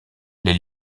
les